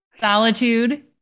solitude